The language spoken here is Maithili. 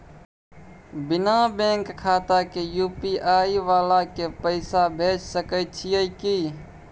बिना बैंक खाता के यु.पी.आई वाला के पैसा भेज सकै छिए की?